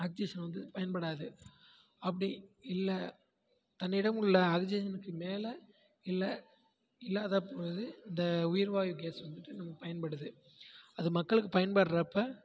oxygen வந்து பயன்படாது அப்படி இல்லை தன்னிடம் உள்ள ஆக்சிஜனுக்கு மேல் இல்லை இல்லாத பொழுது இந்த உயிர் வாயு கேஸ் வந்துட்டு நம்ம பயன்படுது அது மக்களுக்கு பயன்படுறப்ப